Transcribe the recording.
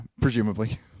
presumably